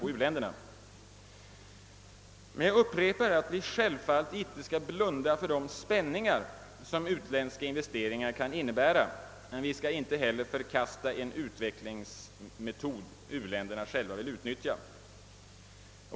Jag vill emellertid upprepa att vi självfallet inte skall blunda för de spänningar som utländska investeringar kan innebära, men vi skall inte heller förkasta en utvecklingsmetod som u-länderna själva vill utnyttja.